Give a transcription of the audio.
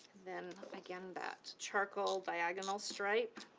then again that charcoal diagonal stripe.